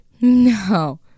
no